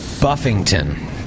buffington